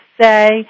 say